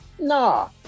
Nah